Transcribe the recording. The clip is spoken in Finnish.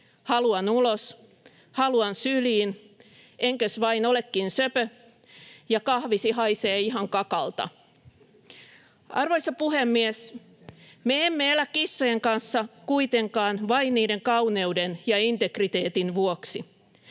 ”haluan ulos”, ”haluan syliin”, ”enkös vain olekin söpö” ja ”kahvisi haisee ihan kakalta”. Arvoisa puhemies! Me emme elä kissojen kanssa kuitenkaan vain niiden kauneuden ja integriteetin vuoksi.